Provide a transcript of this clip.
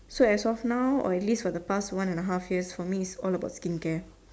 so as of now or at least for the past one and the half year for me is all about skincare